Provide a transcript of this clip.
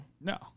No